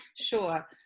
sure